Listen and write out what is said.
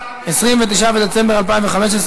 29 בדצמבר 2015,